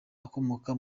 akomoka